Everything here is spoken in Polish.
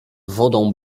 wodą